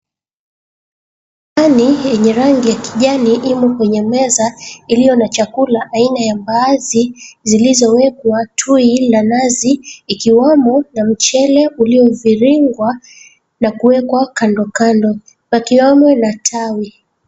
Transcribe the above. Sahani yenye rangi ya kijani imo kweye meza iliyo na chakula aina ya Mbaazi, zilizowekwa tui la nazi ikiwemo na mchele ulioviringwa na kuwekwa kando kando pakiwemo na tawi.